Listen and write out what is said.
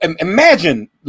imagine